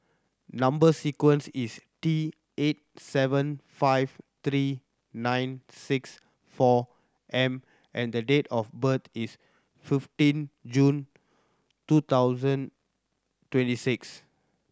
number sequence is T eight seven five three nine six four M and the date of birth is fifteen June two thousand twenty six